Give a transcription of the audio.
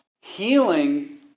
healing